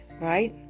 right